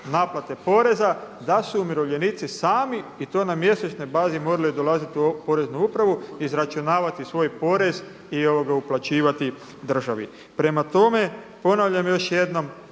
naplate poreza da su umirovljenici sami i to na mjesečnoj bazi morali dolaziti u Poreznu upravu, izračunavati svoj porez i uplaćivati državi. Prema tome, ponavljam još jednom.